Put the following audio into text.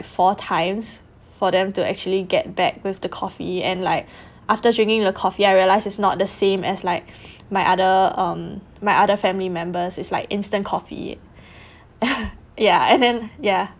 four times for them to actually get back with the coffee and like after drinking the coffee I realised it's not the same as like my other um my other family members it's like instant coffee ya and then ya